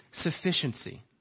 sufficiency